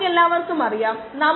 5 മടങ്ങ് കുറവ്